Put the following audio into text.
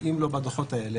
ואם לא בדוחות האלה,